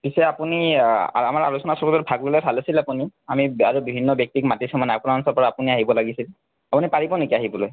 পিছে আপুনি আমাৰ আলোচনা চক্ৰটোত ভাগ ল'লে ভাল আছিল আপুনি আমি আৰু বিভিন্ন ব্যক্তিক মাতিছোঁ মানে আপোনাৰ অঞ্চলৰ পৰা আপুনি আহিব লাগিছিল আপুনি পাৰিব নেকি আহিবলৈ